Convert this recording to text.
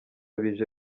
bije